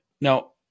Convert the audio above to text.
Now